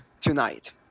tonight